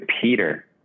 Peter